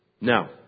Now